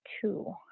two